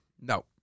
No